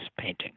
paintings